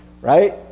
right